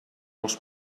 els